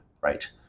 right